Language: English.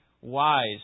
wise